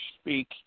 speak